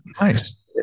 Nice